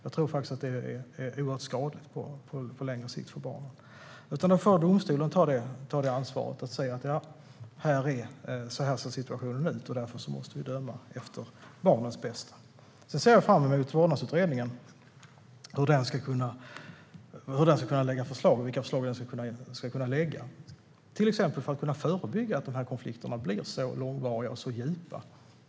Jag tror att det är oerhört skadligt för barnen på längre sikt. Domstolen får ta ansvaret och säga: Så här ser situationen ut, och därför måste vi döma efter barnens bästa. Jag ser fram emot vårdnadsutredningen och de förslag den kan komma att lägga fram för att till exempel förebygga att konflikterna blir långvariga och djupa.